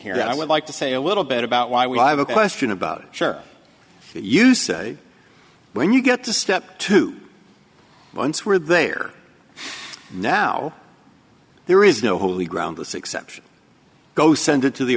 here that i would like to say a little bit about why we live a question about church you say when you get to step two once where they are now there is no holy ground with exception go send it to the